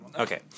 okay